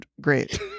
great